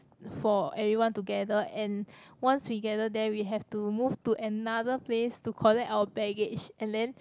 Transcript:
for everyone to gather and once we gather there we have to move to another place to collect our baggage and then